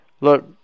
look